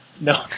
no